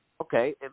Okay